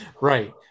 right